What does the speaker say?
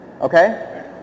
Okay